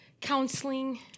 counseling